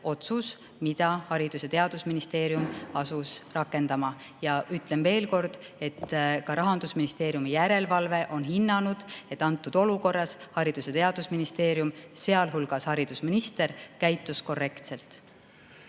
otsus, mida Haridus‑ ja Teadusministeerium asus täitma. Ja ütlen veel kord, et ka Rahandusministeeriumi järelevalve on hinnanud, et antud olukorras Haridus‑ ja Teadusministeerium, sealhulgas haridusminister, käitus korrektselt.